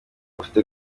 bafite